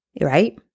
Right